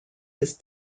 his